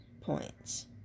points